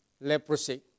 leprosy